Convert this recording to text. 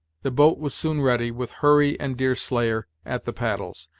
the boat was soon ready, with hurry and deerslayer at the paddles.